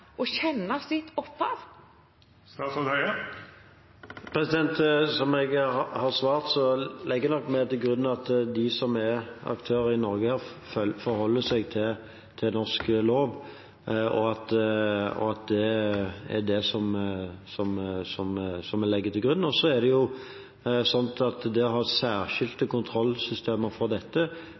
og kjenne sitt opphav? Som jeg har svart, legger vi til grunn at de som er aktører i Norge, forholder seg til norsk lov, at det er det vi legger til grunn. Det å ha særskilte kontrollsystemer for dette